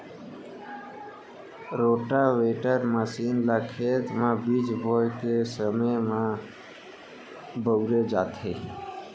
rotavator मसीन ल खेत म बीज बोए के समे म बउरे जाथे